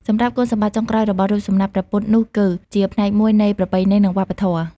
សម្រាប់គុណសម្បត្តិចុងក្រោយរបស់រូបសំណាកព្រះពុទ្ធនោះគឺ ជាផ្នែកមួយនៃប្រពៃណី និងវប្បធម៌។